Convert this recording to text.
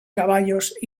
caballos